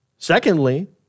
Secondly